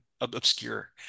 obscure